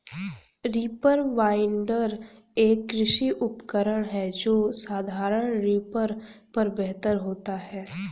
reaper binder, एक कृषि उपकरण है जो साधारण रीपर पर बेहतर होता है